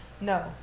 No